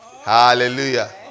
Hallelujah